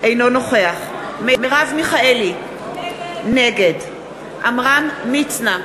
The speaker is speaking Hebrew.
אינו נוכח מרב מיכאלי, נגד עמרם מצנע,